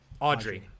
Audrey